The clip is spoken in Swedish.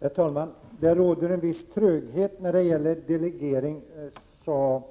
Herr talman! Det råder en viss tröghet i fråga om delegering, sade